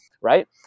Right